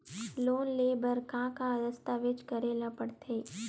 Loan ले बर का का दस्तावेज करेला पड़थे?